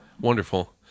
wonderful